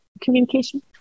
communication